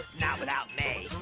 not without me.